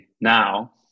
now